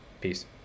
Peace